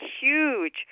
huge